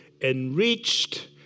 enriched